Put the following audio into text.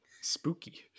Spooky